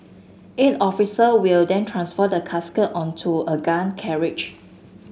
eight officer will then transfer the casket onto a gun carriage